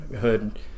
hood